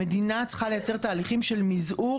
המדינה צריכה לייצר תהליכים של מזעור